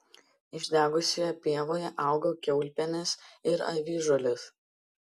išdegusioje pievoje augo kiaulpienės ir avižuolės